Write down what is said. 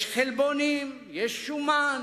יש חלבונים, יש שומן